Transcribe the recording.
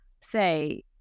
say